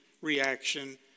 reaction